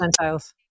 percentiles